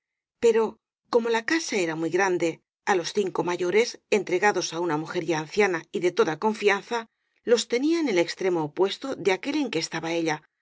pero como la casa era muy grande á los cinco mayores entregados á una mu jer ya anciana y de toda confianza los tenía en el extremo opuesto de aquel en que estaba ella á